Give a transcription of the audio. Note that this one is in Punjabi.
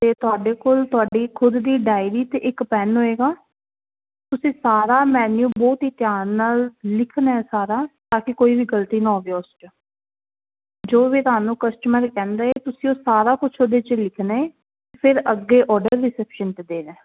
ਅਤੇ ਤੁਹਾਡੇ ਕੋਲ ਤੁਹਾਡੀ ਖੁਦ ਦੀ ਡਾਇਰੀ ਅਤੇ ਇੱਕ ਪੈੱਨ ਹੋਏਗਾ ਤੁਸੀਂ ਸਾਰਾ ਮੈਨਿਊ ਬਹੁਤ ਹੀ ਧਿਆਨ ਨਾਲ ਲਿਖਣਾ ਸਾਰਾ ਤਾਂ ਕਿ ਕੋਈ ਵੀ ਗਲਤੀ ਨਾ ਹੋਵੇ ਉਸ 'ਚ ਜੋ ਵੀ ਤੁਹਾਨੂੰ ਕਸਟਮਰ ਕਹਿੰਦੇ ਤੁਸੀਂ ਉਹ ਸਾਰਾ ਕੁਝ ਉਹਦੇ 'ਚ ਲਿਖਣਾ ਏ ਫਿਰ ਅੱਗੇ ਆਰਡਰ ਰਿਸੈਪਸ਼ਨ 'ਤੇ ਦੇਣਾ